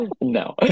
no